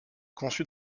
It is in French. conçue